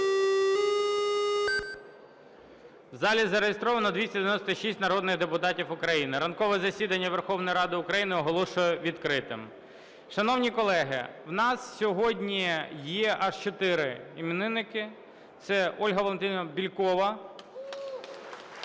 В залі зареєстровано 296 народних депутатів України. Ранкове засідання Верховної Ради України оголошую відкритим. Шановні колеги, у нас сьогодні є аж чотири іменинники. Це Ольга Валентинівна Бєлькова,